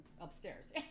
upstairs